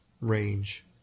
range